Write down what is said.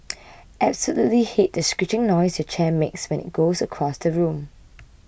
absolutely hate the screeching noise your chair makes when it goes across the room